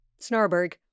Snarberg